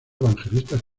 evangelistas